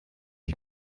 ich